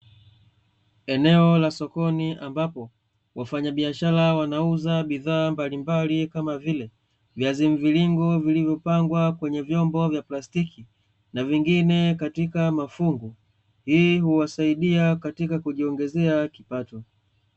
Eneo la sokoni ambapo, wafanyabiashara wanauza bidhaa mbalimbali kama vile, viazi mviringo vilivyopangwa kwenye vyombo vya plastiki, na vingine katika mafungu, hii huwasaidia katika kujiongezea kipato.